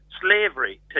slavery